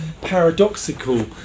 paradoxical